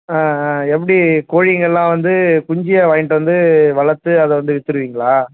ஆ ஆ எப்படி கோழிங்கெல்லாம் வந்து குஞ்சுயா வாங்கிட்டு வந்து வளர்த்து அதை வந்து விற்றுருவீங்களா